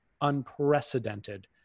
unprecedented